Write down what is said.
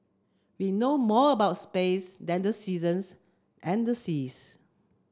we know more about space than the seasons and the seas